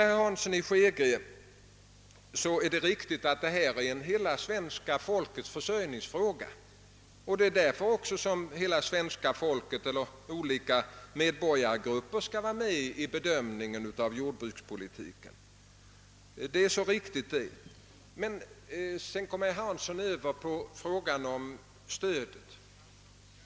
Herr Hansson i Skegrie sade att det vi nu diskuterar är en hela svenska folkets försörjningsfråga, och därför skall olika medborgargrupper delta i bedömningen av jordbrukspolitiken. Där håller jag med herr Hansson. Men sedan kommer vi in på frågan om stödet.